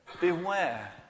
beware